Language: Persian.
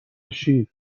شیر